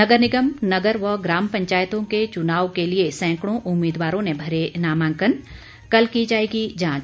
नगर निगम नगर व ग्राम पंचायतों के चुनाव के लिए सैंकड़ों उम्मीदवारों ने भरे नामांकन कल की जाएगी जांच